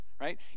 Right